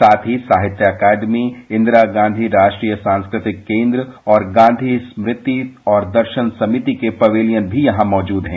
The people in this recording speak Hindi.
साथ ही साहित्य अकादमी इंदिरा गांधी राष्ट्रीय सांस्कृतिक केन्द्र और गांधी स्मृति और दर्शन समिति के पबेलियन भी यहां मौजूद हैं